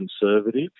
conservative